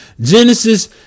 Genesis